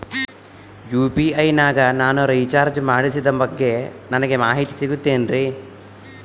UPI ನಾಗ ನಾನು recharge ಮಾಡಿಸಿದ ಬಗ್ಗೆ ನನಗೆ ಮಾಹಿತಿ ಸಿಗುತೇನ್ರೀ?